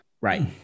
right